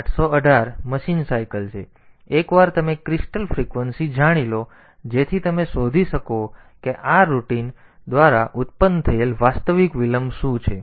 તેથી એકવાર તમે ક્રિસ્ટલ ફ્રીક્વન્સી જાણી લો જેથી તમે શોધી શકો કે આ રૂટિન દ્વારા ઉત્પન્ન થયેલ વાસ્તવિક વિલંબ શું છે